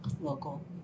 Local